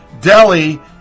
Delhi